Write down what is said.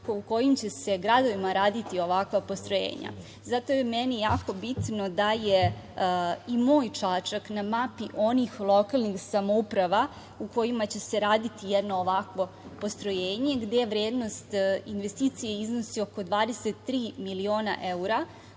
u kojim će se gradovima raditi ovakva postrojenja. Zato je meni jako bitno da je i moj Čačak na mapi onih lokalnih samouprava u kojima će se raditi jedno ovakvo postrojenje gde je vrednost investicije oko 23 miliona evra